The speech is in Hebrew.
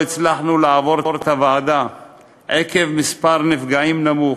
לא הצלחנו לעבור את הוועדה עקב מספר נפגעים נמוך.